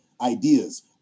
ideas